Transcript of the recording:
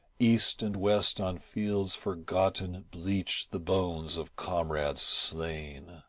east and west on fields forgotten bleach the bones of comrades slain,